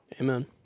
amen